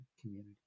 community